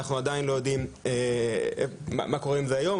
אנחנו עדיין לא יודעים מה קורה עם זה היום,